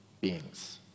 beings